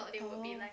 oh